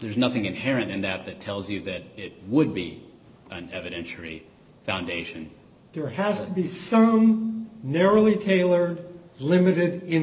there's nothing inherent in that that tells you that it would be an evidentiary foundation there has to be some narrowly tailored limited in